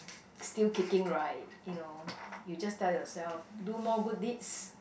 still kicking right you know you just tell yourself do more good deeds